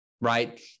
right